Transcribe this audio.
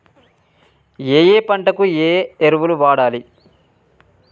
ఏయే పంటకు ఏ ఎరువులు వాడాలి?